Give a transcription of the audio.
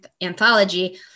anthology